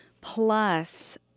plus